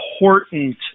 important